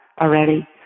already